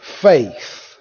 faith